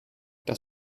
das